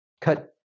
cut